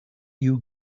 you